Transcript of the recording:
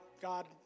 God